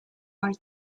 are